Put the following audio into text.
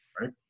right